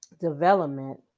development